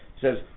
says